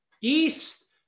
East